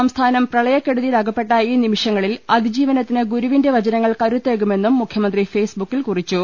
സംസ്ഥാനം പ്രളയകെടുത്തിയിലകപ്പെട്ട ഈ നിമിഷങ്ങളിൽ അതിജീവനത്തിന് ഗുരുവിന്റെ വചനങ്ങൾ കരുത്തേകുമെന്നും മുഖ്യമന്ത്രി ഫേസ്ബുക്കിൽ കുറിച്ചു